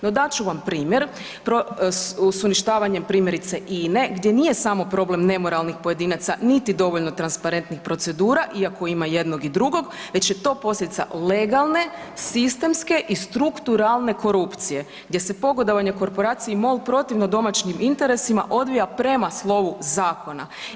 No, dat ću vam primjer s uništavanjem primjerice INE gdje nije samo problem nemoralnih pojedinaca niti dovoljno transparentnih procedura iako ima jednog i drugog već je to posljedica legalne, sistemske i strukturalne korupcije gdje se pogodovanje korporaciji MOL protivno domaćim interesima odvija prema slovu zakona.